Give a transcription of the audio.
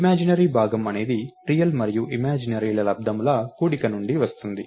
imaginary భాగం అనేది real మరియు ఇమాజినరీ లబ్దముల కూడిక నుండి వస్తుంది